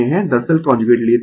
दरअसल कांजुगेट लेते है